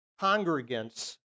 congregants